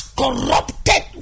corrupted